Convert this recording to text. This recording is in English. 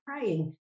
praying